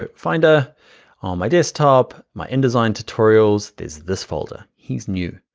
ah finder on my desktop, my indesign tutorials there's this folder, he's new.